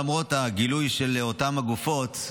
למרות הגילוי של אותן הגופות,